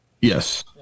Yes